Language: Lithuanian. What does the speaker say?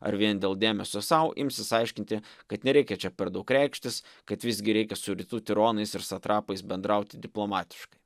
ar vien dėl dėmesio sau imsis aiškinti kad nereikia čia per daug reikštis kad visgi reikia su rytų tironais ir satrapais bendrauti diplomatiškai